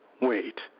Wait